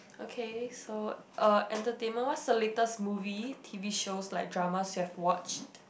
okay so uh entertainment what's the latest movie t_v shows like drama you've watch